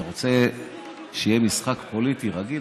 אתה רוצה שיהיה משחק פוליטי רגיל,